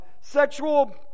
sexual